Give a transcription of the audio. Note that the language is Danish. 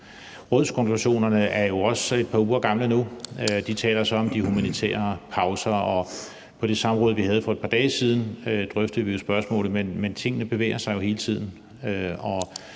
Rådskonklusionerne er jo også et par uger gamle nu. De taler så om de humanitære pauser, og på det samråd, vi havde for et par dage siden, drøftede vi spørgsmålet, men tingene bevæger sig jo hele tiden.